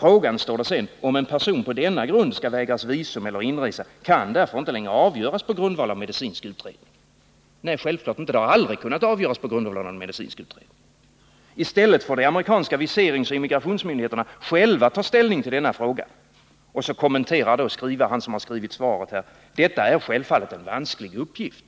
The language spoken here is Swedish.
Det står alltså: ”Frågan om en person på denna grund skall vägras visum eller inresa kan därför inte längre avgöras på grundval av medicinsk utredning.” Nej, självfallet inte — det har aldrig kunnat avgöras på grundval av någon medicinsk utredning. ”I stället får de amerikanska viseringsoch immigrationsmyndigheterna själva ta ställning till denna fråga.” Och så kommenterar då den som skrivit svaret: ”Detta är självfallet en vansklig uppgift.”